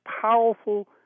powerful